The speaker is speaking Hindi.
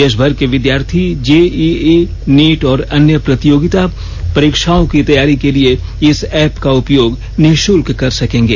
देशभर के विद्यार्थी जेईई नीट और अन्य प्रतियोगिता परीक्षाओं की तैयारी के लिए इस ऐप का उपयोग निःशल्क कर सकेंगे